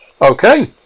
Okay